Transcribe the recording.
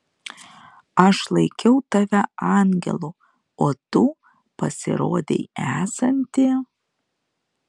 aš laikiau tave angelu o tu pasirodei esanti